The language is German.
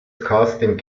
casting